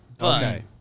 Okay